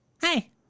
Hey